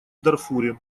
дарфуре